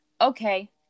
Okay